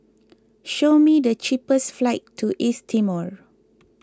show me the cheapest flights to East Timor